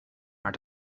maar